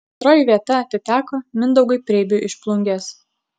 antroji vieta atiteko mindaugui preibiui iš plungės